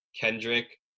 Kendrick